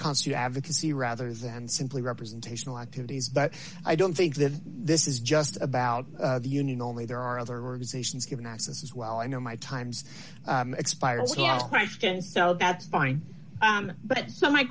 constitute advocacy rather than simply representational activities but i don't think that this is just about the union only there are other organizations given access as well i know my time's expired so you know questions so that's fine but so my